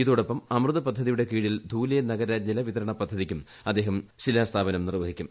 ഇതോടൊപ്പം അമൃത് പദ്ധതിയുടെ കീഴിൽ ധൂലെ നഗര ജലവിതരണ പദ്ധതിക്കും അദ്ദേഹം ശിലാസ്ഥാപനം നിർവ്വഹിക്കും